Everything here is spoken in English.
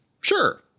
Sure